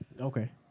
okay